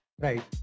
right